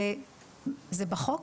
זה בחוק,